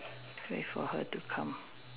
wait for her to come